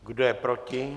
Kdo je proti?